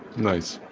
nice